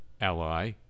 ally